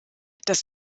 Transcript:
das